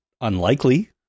unlikely